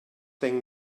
thing